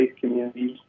communities